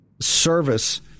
service